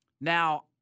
Now